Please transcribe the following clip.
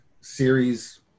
series